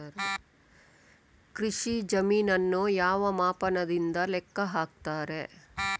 ಕೃಷಿ ಜಮೀನನ್ನು ಯಾವ ಮಾಪನದಿಂದ ಲೆಕ್ಕ ಹಾಕ್ತರೆ?